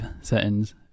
settings